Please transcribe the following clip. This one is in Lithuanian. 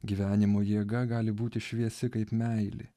gyvenimo jėga gali būti šviesi kaip meilė